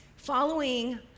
following